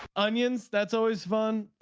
onions. that's always fun.